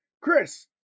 Chris